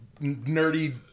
nerdy